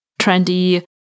trendy